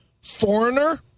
Foreigner